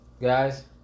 guys